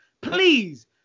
please